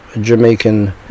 Jamaican